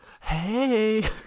Hey